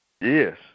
Yes